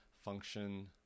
function